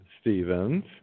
Stevens